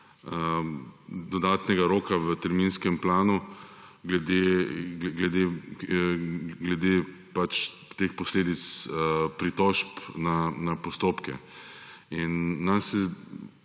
dodatnega roka v terminskem planu glede pač teh posledic pritožb na postopke. Nam se